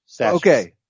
Okay